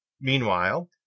Meanwhile